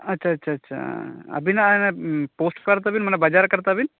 ᱟᱪᱪᱷᱟ ᱟᱪᱪᱷᱟ ᱟᱪᱷᱟ ᱟᱸ ᱟᱹᱵᱤᱱᱟᱜ ᱚᱱᱟ ᱯᱳᱥᱴ ᱠᱟᱨᱰ ᱛᱟ ᱵᱤᱱ ᱢᱟᱱᱮ ᱵᱟᱡᱟᱨ ᱚᱠᱟᱨᱮ ᱛᱟ ᱵᱤᱱ